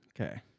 Okay